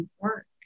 work